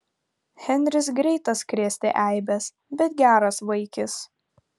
henris greitas krėsti eibes bet geras vaikis